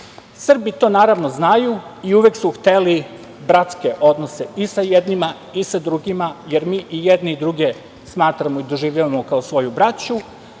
Srbi to naravno znaju i uvek su hteli bratske odnose i sa jednima i sa drugima, jer mi i jedne i druge smatramo i doživljavamo, kao svoju braću,